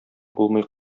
булмый